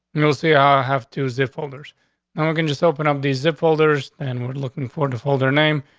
no, see, i have two zip folders and we can just open up the zip folders and we're looking forward to hold her name.